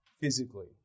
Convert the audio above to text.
physically